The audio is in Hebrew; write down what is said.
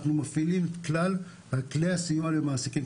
אנחנו מפעילים את כלל כלי הסיוע למעסיקים.